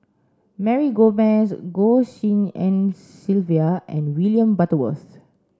Mary Gomes Goh Tshin En Sylvia and William Butterworth